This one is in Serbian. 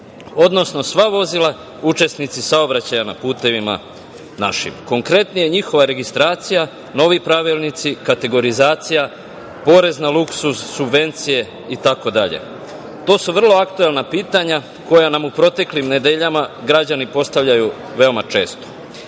odnosno sva vozila učesnici saobraćaja na putevima našim. Konkretno, njihova registracija, novi pravilnici, kategorizacija, porez na luksuz, subvencije, itd. To su vrlo aktuelna pitanja koja nam u proteklim nedeljama građani postavljaju veoma često. Naime,